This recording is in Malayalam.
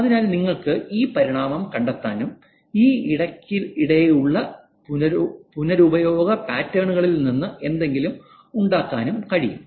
അതിനാൽ നിങ്ങൾക്ക് ഈ പരിണാമം കണ്ടെത്താനും ഈ ഇടയ്ക്കിടെയുള്ള പുനരുപയോഗ പാറ്റേണുകളിൽ നിന്ന് എന്തെങ്കിലും ഉണ്ടാക്കാനും കഴിയും